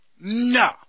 No